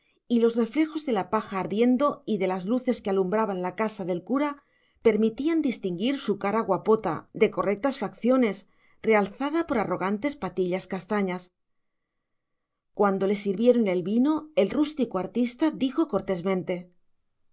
y los reflejos de la paja ardiendo y de las luces que alumbraban la casa del cura permitían distinguir su cara guapota de correctas facciones realzada por arrogantes patillas castañas cuando le sirvieron el vino el rústico artista dijo